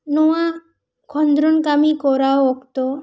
ᱱᱚᱣᱟ ᱠᱷᱚᱸᱫᱽᱨᱚᱱ ᱠᱟᱹᱢᱤ ᱠᱚᱨᱟᱣ ᱚᱠᱛᱚ